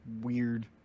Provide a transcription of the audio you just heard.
weird